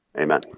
Amen